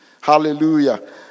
Hallelujah